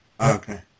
Okay